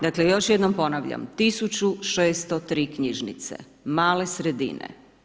Dakle, još jednom ponavljam 1603 knjižnice, male sredine.